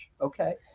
Okay